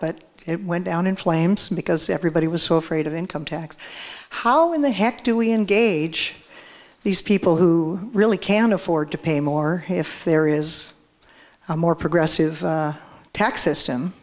but it went down in flames because everybody was so afraid of income tax how in the heck do we engage these people who really can't afford to pay more if there is a more progressive tax system